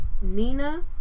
Nina